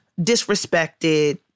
disrespected